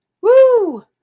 woo